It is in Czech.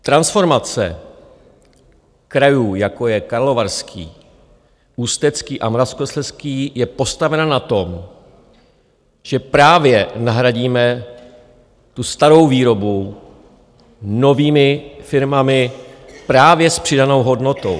Transformace krajů, jako je Karlovarský, Ústecký a Moravskoslezský, je postavena na tom, že právě nahradíme starou výrobu novými firmami, právě s přidanou hodnotou.